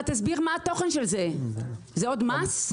אבל תסביר מה התוכן של זה, זה עוד מס?